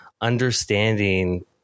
understanding